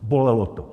Bolelo to.